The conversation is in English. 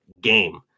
game